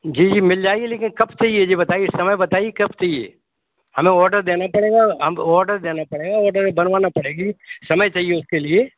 जी जी मिल जाएगी लेकिन कब चाहिए ये बताइए समय बताइए कब चाहिए हमें ऑडर देना पड़ेगा हम ऑडर देना पड़ेगा ऑडर बनवाना पड़ेगी समय चाहिए उसके लिए